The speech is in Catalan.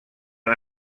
han